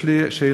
יש לי שאלה,